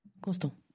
Constant